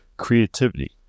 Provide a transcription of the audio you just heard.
Creativity